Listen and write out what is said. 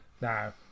Now